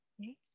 Okay